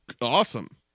awesome